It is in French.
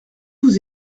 vous